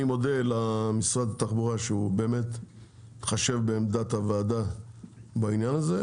אני מודה למשרד התחבורה על כך שהוא מתחשב בעמדת הוועדה בעניין הזה.